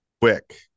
quick